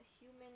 human